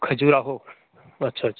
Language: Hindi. खजुराहो अच्छा अच्छा